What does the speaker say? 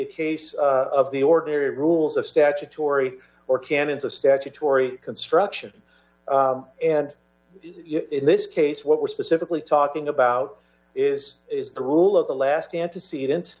a case of the ordinary rules of statutory or canons of statutory construction and in this case what we're specifically talking about is is the rule of the last antecedent